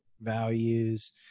values